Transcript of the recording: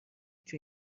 توی